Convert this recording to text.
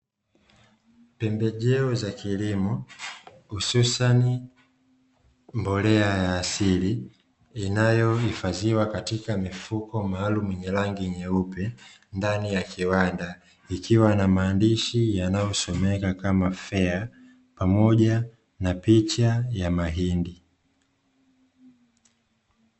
Pembejeo za kilimo hususani mbolea ya asili inayohifadhiwa katika mifuko maalumu, yenye rangi nyeupe ndani ya kiwanda, ikiwa na maandishi yanayosomeka kama "FEA" pamoja na picha ya mahindi.